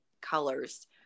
colors